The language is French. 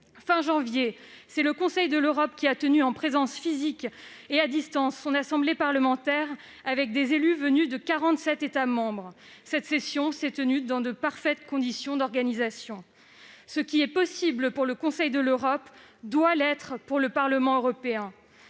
Fin janvier, le Conseil de l'Europe a tenu, en présence physique et à distance, son Assemblée parlementaire avec des élus venus de quarante-sept États membres, dans de parfaites conditions d'organisation. Ce qui est possible pour le Conseil de l'Europe doit l'être pour le Parlement européen.